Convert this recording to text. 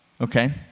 okay